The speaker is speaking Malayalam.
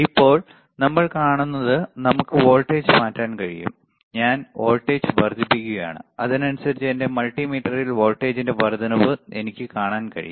ഇപ്പോൾ നമ്മൾ കാണുന്നത് നമുക്ക് വോൾട്ടേജ് മാറ്റാൻ കഴിയും ഞാൻ വോൾട്ടേജ് വർദ്ധിപ്പിക്കുകയാണ് അതിനനുസരിച്ച് എന്റെ മൾട്ടിമീറ്ററിൽ വോൾട്ടേജിന്റെ വർദ്ധനവ് എനിക്ക് കാണാൻ കഴിയും